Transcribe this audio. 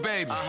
Baby